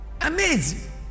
Amazing